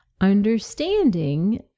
Understanding